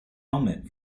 helmet